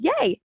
yay